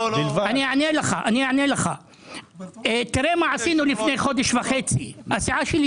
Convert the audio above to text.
תראה מה עשינו לפני חודש וחצי, הסיעה שלי